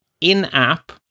in-app